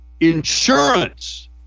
insurance